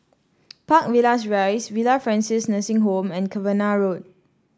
Park Villas Rise Villa Francis Nursing Home and Cavenagh Road